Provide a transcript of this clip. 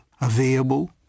available